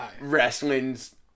wrestling's